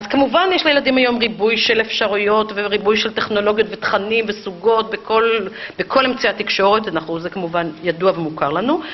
כמובן יש לילדים היום ריבוי של אפשרויות וריבוי של טכנולוגיות ותכנים וסוגות בכל אמצעי התקשורת, זה כמובן ידוע ומוכר לנו.